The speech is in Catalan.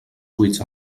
cuits